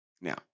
Now